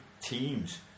teams